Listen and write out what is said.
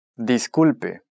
Disculpe